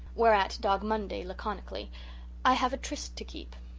whereat dog monday, laconically i have a tryst to keep.